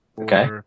Okay